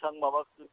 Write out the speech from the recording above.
एसां माबा